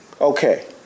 okay